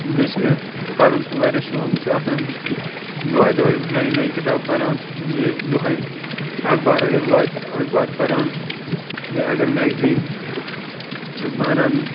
بیٚیہِ چھِ مےٚ پَرُن تہِ وارایاہ شوق بہٕ چھُس آسان دۄہَے دۄہَے نَیہِ نَیہِ کِتاب پَران بیٚیہِ دۄہَے اخبار اگر واتہِ اخبار پَران بیٚیہِ اگر میٚگزیٖن چھُس بہٕ اَنان